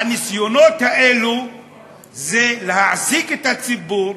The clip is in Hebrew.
הניסיונות האלה זה להעסיק את הציבור,